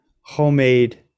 homemade